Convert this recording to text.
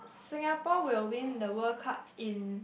Singapore will win the World Cup in